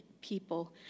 people